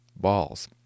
balls